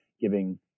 giving